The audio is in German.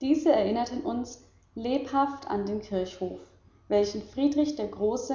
diese erinnerten uns lebhaft an den kirchhof welchen friedrich der große